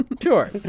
sure